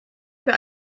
für